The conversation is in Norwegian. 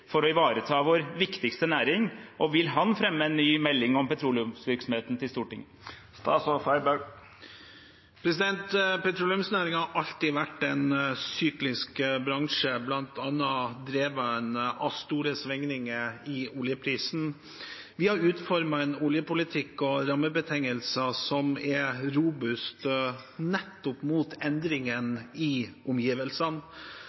for å ivareta vår viktigste næring, og vil han fremme en melding om petroleumsnæringen til Stortinget?» Petroleumsnæringen har alltid vært en syklisk bransje, bl.a. drevet av store svingninger i oljeprisen. Vi har utformet en oljepolitikk og rammebetingelser som er robuste nettopp mot